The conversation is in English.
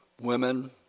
women